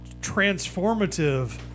Transformative